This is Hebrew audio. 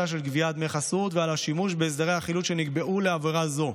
של גביית דמי חסות ועל השימוש בהסדרי החילוט שנקבעו לעבירה זו.